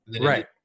right